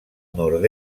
nord